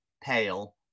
pale